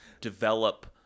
develop